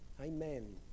Amen